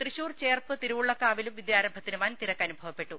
തൃശൂർ ചേർപ്പ് തിരുവുള്ളക്കാവിലും വിദ്യാരംഭത്തിന് വൻ തിരക്ക് അനുഭവപ്പെട്ടു